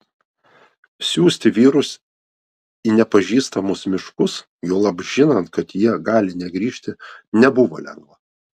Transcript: siųsti vyrus į nepažįstamus miškus juolab žinant kad jie gali negrįžti nebuvo lengva